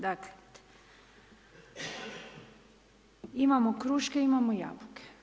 Dakle imamo kruške i imamo jabuke.